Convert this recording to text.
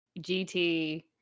GT